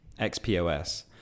XPOS